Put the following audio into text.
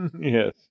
Yes